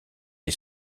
est